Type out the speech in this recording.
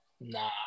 Nah